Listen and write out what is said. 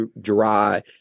dry